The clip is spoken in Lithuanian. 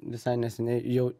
visai neseniai jau